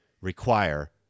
require